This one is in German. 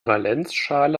valenzschale